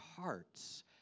hearts